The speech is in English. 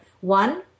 One